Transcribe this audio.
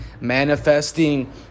manifesting